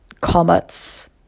comets